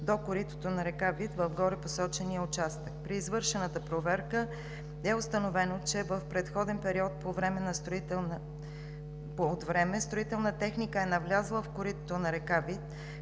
до коритото на река Вит в горепосочения участък. При извършената проверка е установено, че в предходен период от време строителна техника е навлязла в коритото на река Вит